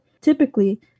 Typically